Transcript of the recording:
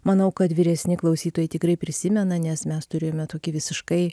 manau kad vyresni klausytojai tikrai prisimena nes mes turėjome tokį visiškai